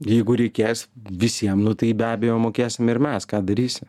jeigu reikės visiem nu tai be abejo mokėsim ir mes ką darysi